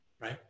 right